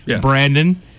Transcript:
Brandon